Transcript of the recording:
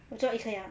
我做一千